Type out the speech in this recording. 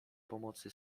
pomocy